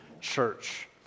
church